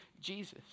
Jesus